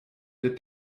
der